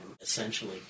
essentially